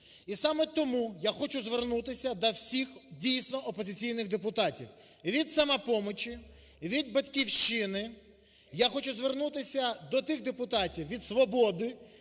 І саме тому я хочу звернутися до всіх дійсно опозиційних депутатів, від "Самопомочі", від "Батьківщини" я хочу звернутися до тих депутатів від "Свободи",